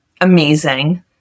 amazing